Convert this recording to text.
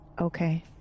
Okay